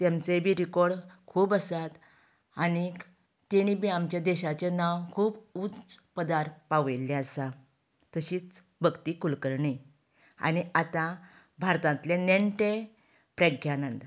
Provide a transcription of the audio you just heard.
तेमचें बी रीकोर्ड खूब आसात आनीक तेणी बी आमचें देशाचें नांव खूब उच्च पदार पावयल्लें आसा तशींच भक्ती कुलकर्णी आनी आतां भारतांतलें नेणटें प्रग्यानंद